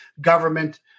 government